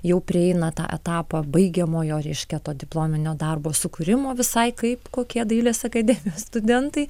jau prieina tą etapą baigiamojo reiškia to diplominio darbo sukūrimo visai kaip kokie dailės akademijos studentai